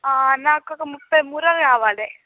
నాకు ఒక ముప్పై మూరలు కావాలి